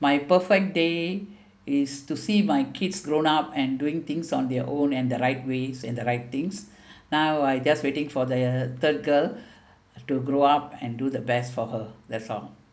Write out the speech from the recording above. my perfect day is to see my kids grown up and doing things on their own and the right ways and the right things now I just waiting for the third girl to grow up and do the best for her that's all